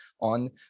on